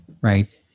right